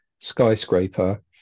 skyscraper